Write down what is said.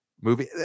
movie